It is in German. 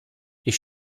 ich